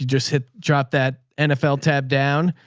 just hit drop that nfl tab down,